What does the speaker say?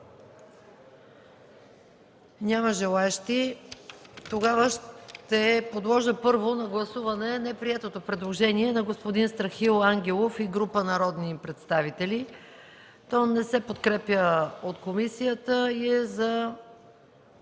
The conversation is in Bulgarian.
Няма желаещи. Ще подложа първо на гласуване неприетото предложение на господин Страхил Ангелов и група народни представители, което не се подкрепя от комисията и е за